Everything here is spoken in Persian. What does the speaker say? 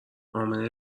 امنه